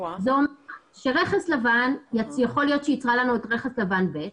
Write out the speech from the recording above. יכול להיות שיהיה רכס לבן ב'.